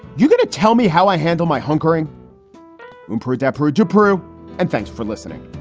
you're going to tell me how i handle my hunkering wimper adepero to peru and thanks for listening